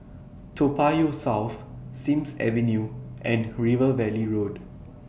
Toa Payoh South Sims Avenue and River Valley Road